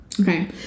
okay